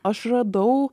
aš radau